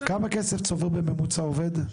כמה כסף צובר בממוצע עובד?